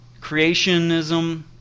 Creationism